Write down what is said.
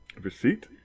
receipt